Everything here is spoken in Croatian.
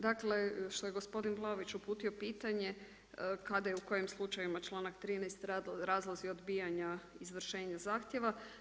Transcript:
Dakle što je gospodin Vlaović uputio pitanje, kada i u kojim slučajevima članak 13. razlozi odbijanja izvršenja zahtjeva.